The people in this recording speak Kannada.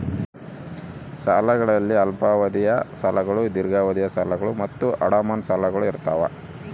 ಸಾಲಗಳಲ್ಲಿ ಅಲ್ಪಾವಧಿಯ ಸಾಲಗಳು ದೀರ್ಘಾವಧಿಯ ಸಾಲಗಳು ಮತ್ತು ಅಡಮಾನ ಸಾಲಗಳು ಇರ್ತಾವ